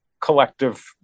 collective